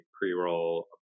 pre-roll